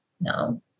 No